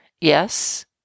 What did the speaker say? Yes